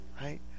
Right